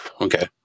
Okay